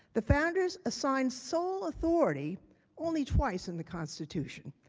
the founders assigned sole authority only twice in the constitution.